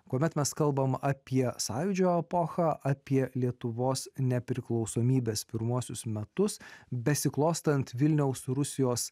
kuomet mes kalbame apie sąjūdžio epochą apie lietuvos nepriklausomybės pirmuosius metus besiklostant vilniaus rusijos